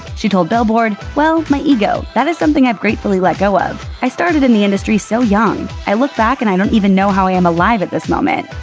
she told billboard, well, my ego. that is something i've gratefully let go of. i started in the industry so young i look back and i don't even know how i am alive at this moment.